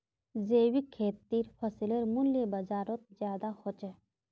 जैविक खेतीर फसलेर मूल्य बजारोत ज्यादा होचे